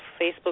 Facebook